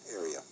area